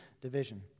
division